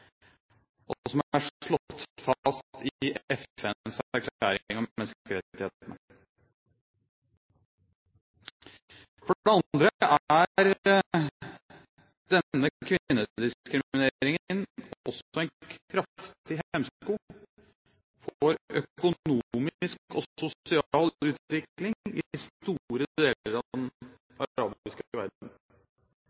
når de nektes rettigheter som er universelle, og som er slått fast i FNs erklæring om menneskerettighetene. For det andre er denne kvinnediskrimineringen også en kraftig hemsko for økonomisk og sosial utvikling i store deler av